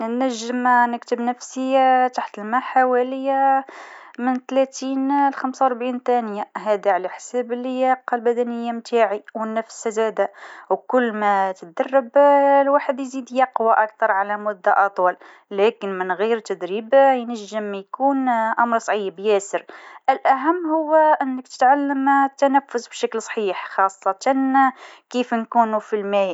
نجم كتم نفسي تحت الماء حوالي تلاتين ثانية إلى دقيقة. هذا يعتمد على عدة عوامل، كيما التدريب والقدرة على التحمل. لكن من الأفضل ما نكثرش، للصحة والسلامة!